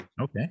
Okay